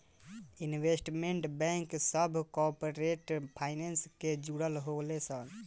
investment bank सभ corporate finance से जुड़ल होले सन